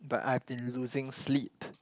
but I've been losing sleep